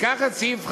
ניקח את סעיף (5)